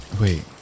Wait